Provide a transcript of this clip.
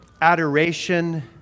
adoration